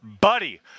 Buddy